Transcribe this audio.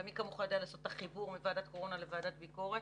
ומי כמוך יודע לעשות את החיבור מלבד הקורונה לוועדת ביקורת,